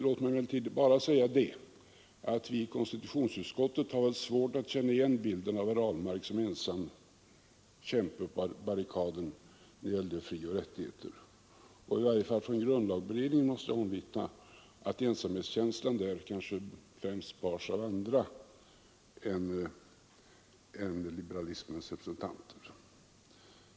Låt mig bara säga att vi i konstitutionsutskottet har svårt att känna igen bilden av herr Ahlmark som ensam kämpe på barrikaden när det gäller frioch rättigheter. I varje fall från grundlagberedningen måste jag omvittna att ensamhetskänslan kanske främst bars av andra än liberalismens representanter.